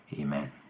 Amen